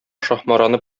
шаһмараны